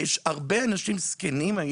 ישנם הרבה אנשים זקנים,